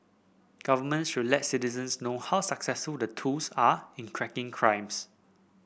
governments should let citizens know how successful the tools are in cracking crimes